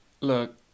Look